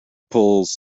pulls